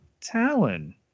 Talon